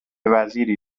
وزیری